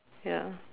ya